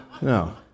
no